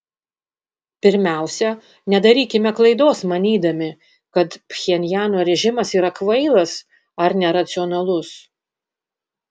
pirmiausia nedarykime klaidos manydami kad pchenjano režimas yra kvailas ar neracionalus